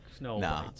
no